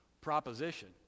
proposition